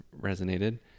resonated